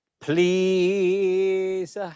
Please